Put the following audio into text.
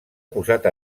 posat